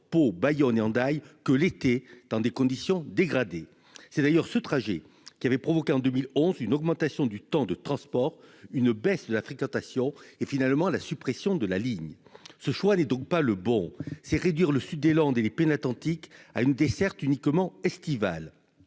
Pau, Bayonne et Hendaye que l'été, dans des conditions dégradées, c'est d'ailleurs ce trajet qui avait provoqué en 2011, une augmentation du temps de transport, une baisse de la fréquentation et finalement la suppression de la ligne, ce choix n'est donc pas le bon, c'est réduire le sud des Landes et les pénates Atlantique à une desserte uniquement estivale